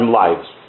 lives